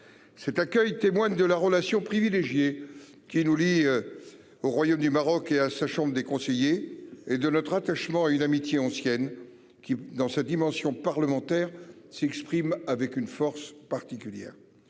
Cet accueil témoigne de la relation privilégiée qui nous lie. Au royaume du Maroc et à sa chambre des conseillers et de notre attachement à une amitié ancienne qui, dans sa dimension parlementaire s'exprime avec une force particulière,